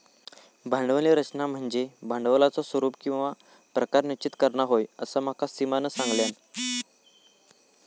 भांडवली रचना म्हनज्ये भांडवलाचा स्वरूप किंवा प्रकार निश्चित करना होय, असा माका सीमानं सांगल्यान